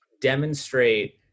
demonstrate